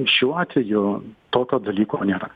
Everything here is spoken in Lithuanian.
šiuo atveju tokio dalyko nėra